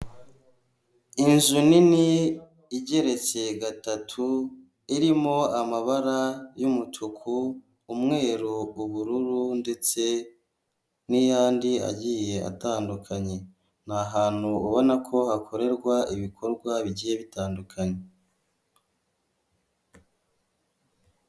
Inzu nini igeretse gatatu, irimo amabara y'umutuku, umweru, ubururu ndetse n'iyandi agiye atandukanye, ni ahantu ubona ko hakorerwa ibikorwa bigiye bitandukanye.